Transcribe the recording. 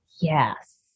Yes